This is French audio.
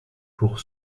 pour